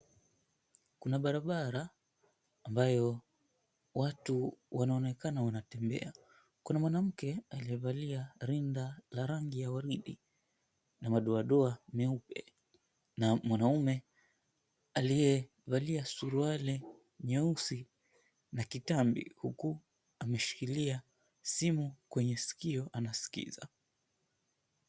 Kuna barabara ambayo watu wanaonekana wanatembea. Kuna mwanamke aliyevalia linda lenye rangi ya waridi na madoadoa meupe na mwanamume aliyevalia suruali nyeusi na kitambi, huku ameshikilia simu kwenye sikio anasikiza.